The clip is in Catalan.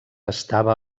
estava